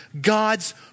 God's